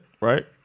right